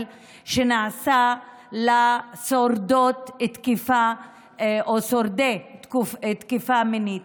שנעשה לשורדות תקיפה או שורדי תקיפה מינית.